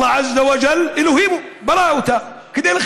אללה (אומר בערבית: יתעלה ויתהלל,) אלוהים ברא אותה כדי לחיות,